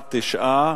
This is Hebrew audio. בעד, 9,